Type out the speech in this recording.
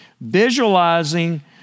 visualizing